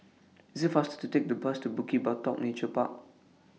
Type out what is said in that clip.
IT IS faster to Take The Bus to Bukit Batok Nature Park